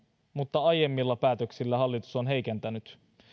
mutta aiemmilla päätöksillä hallitus on heikentänyt